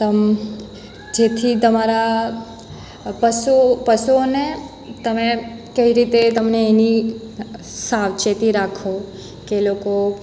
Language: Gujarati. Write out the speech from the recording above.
તમ જેથી તમારા પશુઓને તમે કેવી રીતે તમને એની સાવચેતી રાખો કે લોકો